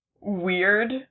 weird